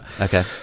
Okay